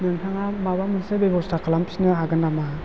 नोंथाङा माबा मोनसे बेबस्था खालामफिननो हागोन नामा